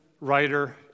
writer